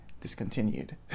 discontinued